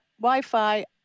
Wi-Fi